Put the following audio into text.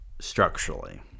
structurally